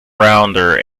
rounder